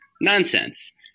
Nonsense